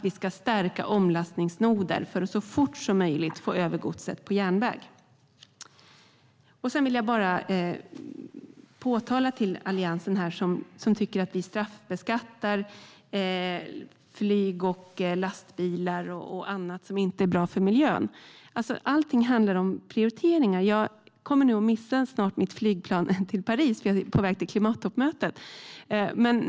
Vi ska stärka omlastningsnoder för att så fort som möjligt få över godset på järnväg. Alliansen tycker att vi straffbeskattar flyg, lastbilar och annat som inte är bra för miljön. Allting handlar om prioriteringar. Jag kommer nu snart att missa mitt flyg till Paris, dit jag är på väg till klimattoppmötet.